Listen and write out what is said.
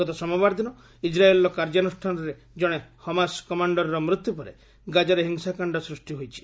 ଗତ ସୋମବାର ଦିନ ଇସ୍ରାଏଲ୍ର କାର୍ଯ୍ୟାନୁଷ୍ଠାନରେ ଜଣେ ହମାସ କମାଶ୍ଚରର ମୃତ୍ୟୁ ପରେ ଗାକାରେ ହିଂସା ସୃଷ୍ଟି ହୋଇଛି